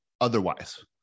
otherwise